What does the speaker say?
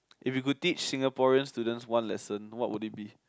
if you could teach Singaporeans student one lesson what would it be